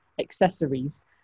accessories